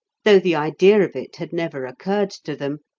though the idea of it had never occurred to them,